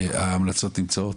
ההמלצות נמצאות,